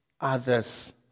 others